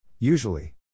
Usually